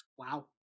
Wow